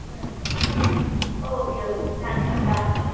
ਹਾਂ okay okay ਧੰਨਵਾਦ ਧੰਨਵਾਦ